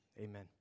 Amen